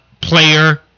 player